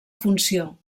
funció